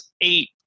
eight